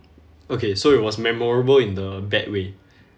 okay so it was memorable in a bad way